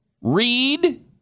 read